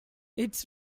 its